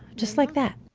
just like that,